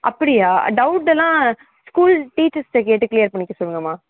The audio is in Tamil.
அப்படியா டவுட்டுலாம் ஸ்கூல் டீச்சர்ஸ்கிட்ட கேட்டு க்ளியர் பண்ணிக்க சொல்லுங்கம்மா